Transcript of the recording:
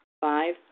Five